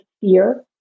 fear